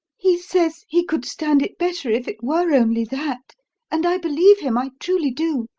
he says he could stand it better if it were only that and i believe him i truly do.